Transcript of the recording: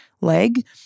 leg